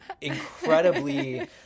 incredibly